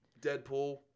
Deadpool